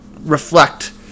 reflect